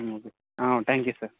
ம் okay ah thank you sir